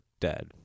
dead